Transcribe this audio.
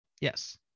yes